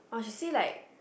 !wah! she say like